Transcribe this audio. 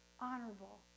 honorable